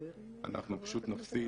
אנחנו פשוט נפסיד